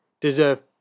deserve